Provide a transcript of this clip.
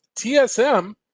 TSM